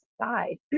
side